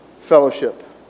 fellowship